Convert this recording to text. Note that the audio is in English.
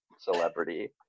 celebrity